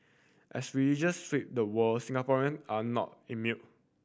as religious sweep the world Singaporean are not immune